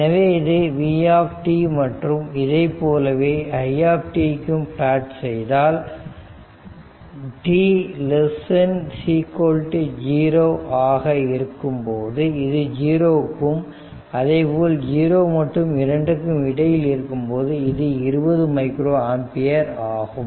எனவே இது v மற்றும் இதைப்போலவே i க்கும் பிளாட் செய்தால் t0 ஆக இருக்கும்போது இது 0 ஆகும் அதேபோல் 0 மற்றும் 2 க்கும் இடையில் இருக்கும் போது இது 20 மைக்ரோ ஆம்பியர் ஆகும்